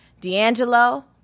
D'Angelo